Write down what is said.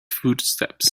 footsteps